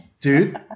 dude